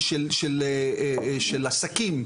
מבחינה של עסקים,